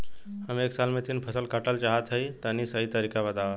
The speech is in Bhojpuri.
हम एक साल में तीन फसल काटल चाहत हइं तनि सही तरीका बतावा?